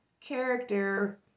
character